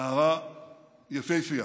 נערה יפהפייה.